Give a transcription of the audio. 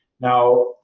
Now